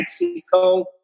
Mexico